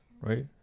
right